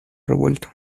revuelto